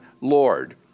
Lord